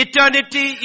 Eternity